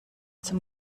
zum